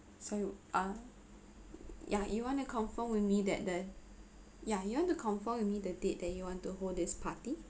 so uh yeah you want to confirm with me that that ya you want to confirm with me the date that you want to hold this party